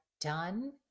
done